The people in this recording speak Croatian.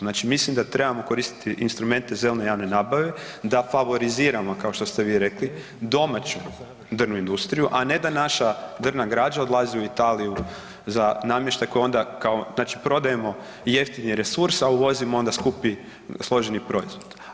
Znači mislim da trebamo koristiti instrumente zelene javne nabave da favoriziramo kao što ste vi rekli domaću drvnu industriju, a ne da naša drvna građa odlazi u Italiju za namještaj koji onda, znači prodajemo jeftini resurs, a uvozimo onda skupi složeni proizvod.